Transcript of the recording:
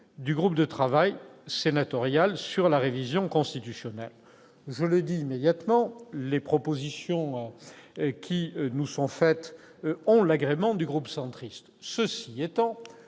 du groupe de travail sénatorial sur la révision constitutionnelle. Je le dis immédiatement, ces propositions ont l'agrément du groupe Union Centriste. Cela étant,